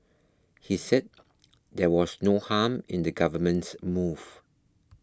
he said there was no harm in the government's move